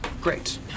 Great